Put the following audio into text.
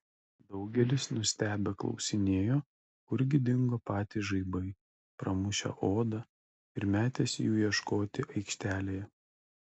daugelis nustebę klausinėjo kurgi dingo patys žaibai pramušę odą ir metėsi jų ieškoti aikštelėje